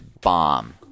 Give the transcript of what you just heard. bomb